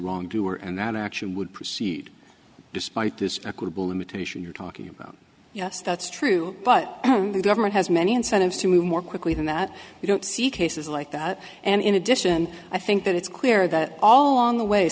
wrongdoer and that action would proceed despite this equitable limitation you're talking about yes that's true but the government has many incentives to move more quickly than that you don't see cases like that and in addition i think that it's clear that all along the way